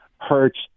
hurts